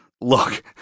Look